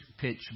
pitch